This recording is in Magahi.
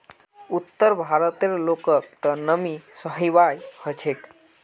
उत्तर भारतेर लोगक त नमी सहबइ ह छेक